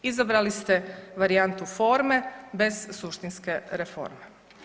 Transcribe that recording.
Izabrali ste varijantu forme bez suštinske reforme.